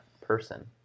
person